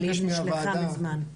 אבל היא נשלחה מזמן.